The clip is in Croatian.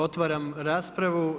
Otvaram raspravu.